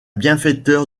bienfaiteur